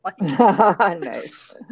Nice